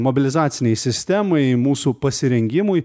mobilizaciniai sistemai mūsų pasirengimui